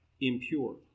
impure